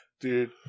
dude